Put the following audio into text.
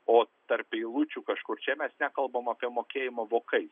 o tarp eilučių kažkur čia mes nekalbam apie mokėjimą vokais